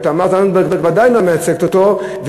ותמר זנדברג ודאי לא מייצגת אותו,